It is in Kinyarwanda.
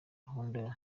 gahunda